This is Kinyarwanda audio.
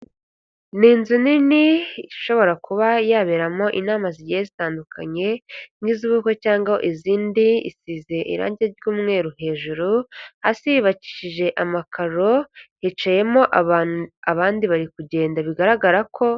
Ni inzu nini ishobora kuba yaberamo inama zigiye zitandukanye nk'iz'ubukwe cyangwa izindi, isize irange ry'umweru hejuru, hasi yubakishije amakaro, hicayemo abantu abandi bari kugenda bigaragara ko...